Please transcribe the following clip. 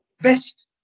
best